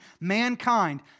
mankind